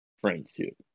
friendship